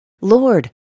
Lord